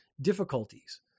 difficulties